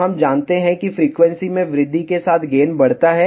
तो हम जानते हैं कि फ्रीक्वेंसी में वृद्धि के साथ गेन बढ़ता है